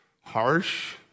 harsh